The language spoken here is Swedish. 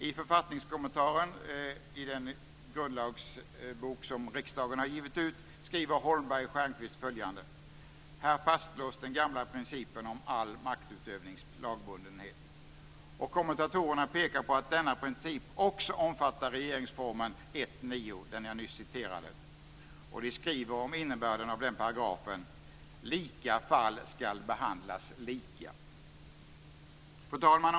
I författningskommentaren i den grundlagsbok som riksdagen har givit ut skriver Holmberg och Stjernquist följande: Här fastslås den gamla principen om all maktutövnings lagbundenhet. Och kommentatorerna pekar på att denna princip också omfattar regeringsformens 1 kap. 9 §, den jag nyss citerade. Och de skriver om innebörden av den paragrafen: Lika fall ska behandlas lika. Fru talman!